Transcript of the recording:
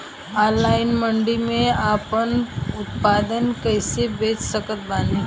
Online mandi मे आपन उत्पादन कैसे बेच सकत बानी?